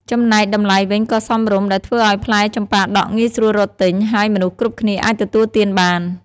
ចំណែកតម្លៃវិញក៏សមរម្យ ដែលធ្វើឱ្យផ្លែចម្ប៉ាដាក់ងាយស្រួលរកទិញ ហើយមនុស្សគ្រប់គ្នាអាចទទួលទានបាន។